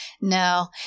No